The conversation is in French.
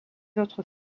autres